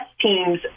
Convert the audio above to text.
teams